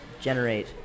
generate